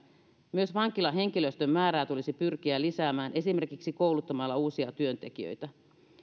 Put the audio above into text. myös vankilahenkilöstön määrää tulisi pyrkiä lisäämään esimerkiksi kouluttamalla uusia työntekijöitä